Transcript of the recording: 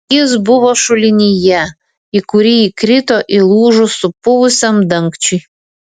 jis buvo šulinyje į kurį įkrito įlūžus supuvusiam dangčiui